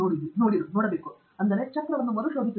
professor Arun Tangirala ಚಕ್ರವನ್ನು ಮರುಶೋಧಿಸುವುದಿಲ್ಲ